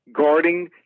guarding